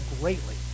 greatly